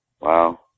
Wow